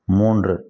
மூன்று